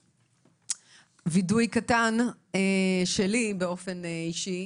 וידוי קטן שלי באופן אישי.